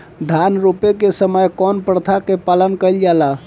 धान रोपे के समय कउन प्रथा की पालन कइल जाला?